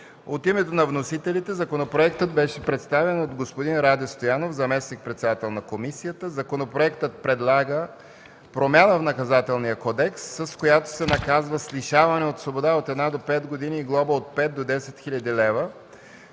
От името на вносителите законопроектът беше представен от господин Ради Стоянов – заместник-председател на комисията. Законопроектът предлага промяна в Наказателния кодекс, с която се наказва с лишаване от свобода от 1 до 5 години и глоба от 5 до 10 хил. лв.,